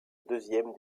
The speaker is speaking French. deuxième